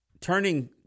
Turning